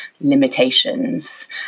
limitations